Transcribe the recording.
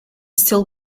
still